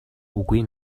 үгүй